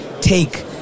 take